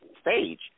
stage